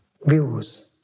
views